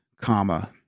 comma